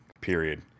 period